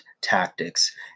Tactics